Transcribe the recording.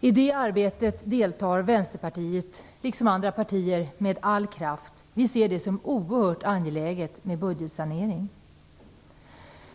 I det arbetet deltar Vänsterpartiet liksom andra partier med all kraft. Vi ser det som oerhört angeläget med en budgetsanering.